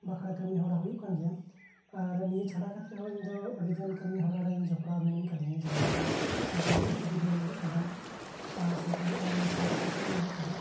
ᱵᱟᱠᱷᱨᱟ ᱠᱟᱢᱤ ᱦᱚᱨᱟ ᱦᱩᱭᱩᱜ ᱠᱟᱱ ᱜᱮᱭᱟ ᱟᱨ ᱱᱤᱭᱟᱹ ᱪᱷᱟᱰᱟ ᱠᱟᱛᱮ ᱦᱚᱸ ᱤᱧ ᱫᱚ ᱟᱹᱰᱤ ᱜᱟᱱ ᱠᱟᱹᱢᱤ ᱦᱚᱨᱮ ᱨᱮ ᱡᱚᱯᱲᱟᱣ ᱢᱤᱱᱟᱹᱧ ᱠᱟᱹᱫᱤᱧᱟ ᱡᱟᱦᱟᱸᱞᱮᱠᱟ ᱳᱭᱤᱠᱤᱯᱤᱰᱤᱭᱟ ᱦᱮᱱᱟᱜ ᱠᱟᱫᱟ ᱥᱟᱱᱛᱟᱞᱤ ᱚᱱᱞᱟᱭᱤᱱ ᱴᱨᱟᱱᱥᱞᱮᱥᱚᱱ ᱢᱮᱱᱟᱜ ᱠᱟᱫᱟ